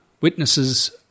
witnesses